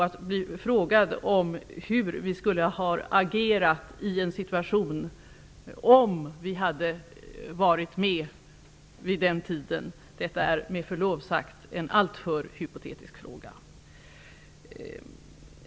Att bli tillfrågad om hur vi skulle ha agerat i en situation om vi hade varit med vid den tiden är med förlov sagt en alltför hypotetisk fråga.